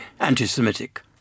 anti-Semitic